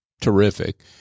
terrific